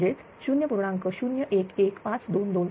म्हणजेच 0